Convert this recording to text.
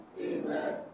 Amen